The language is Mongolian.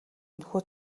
энэхүү